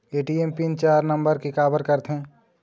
ATM pin चार number के काबर करथे?